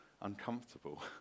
uncomfortable